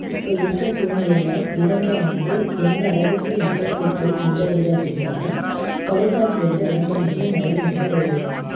இப்போ இருக்க சூழ்நிலையில் விளம்பரம் வந்து எந்த அளவுக்கு மக்களுக்கு அது போய் சென்றடையிது அப்படின் பார்த்தா தொலைக்காட்சிகளில் விளம்பரம் வந்து நிறைய வந்து